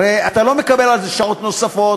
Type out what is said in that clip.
הרי אתה לא מקבל על זה שעות נוספות,